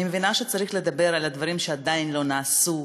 אני מבינה שצריך לדבר על הדברים שעדיין לא נעשו,